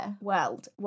world